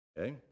okay